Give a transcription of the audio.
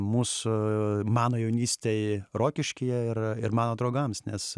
mūsų mano jaunystėj rokiškyje ir ir mano draugams nes